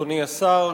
אדוני השר,